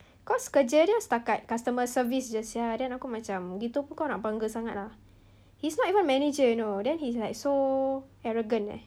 cause kerja dia setakat customer service jer [sial] then aku macam gitu pun kau nak bangga sangat ah he's not even manager you know then he's like so arrogant eh